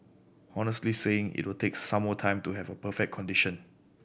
honestly saying it will take some more time to have a perfect condition